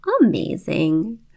amazing